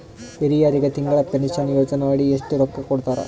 ಹಿರಿಯರಗ ತಿಂಗಳ ಪೀನಷನಯೋಜನ ಅಡಿ ಎಷ್ಟ ರೊಕ್ಕ ಕೊಡತಾರ?